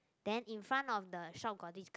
then in front of the shop got this girl